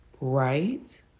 right